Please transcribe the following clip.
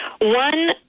One